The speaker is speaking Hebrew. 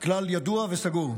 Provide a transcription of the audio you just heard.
כלל ידוע וסגור.